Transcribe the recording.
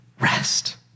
rest